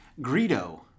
Greedo